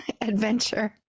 adventure